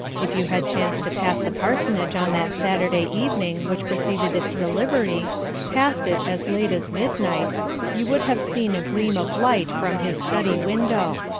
if you had chanced to pass the parsonage on that saturday evening which preceded its delivery passed it as late as midnight you would have seen a gleam of light from his study window.